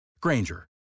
Granger